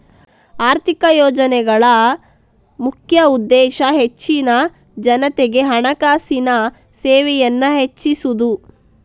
ಆರ್ಥಿಕ ಯೋಜನೆಗಳ ಮುಖ್ಯ ಉದ್ದೇಶ ಹೆಚ್ಚಿನ ಜನತೆಗೆ ಹಣಕಾಸಿನ ಸೇವೆಯನ್ನ ಹೆಚ್ಚಿಸುದು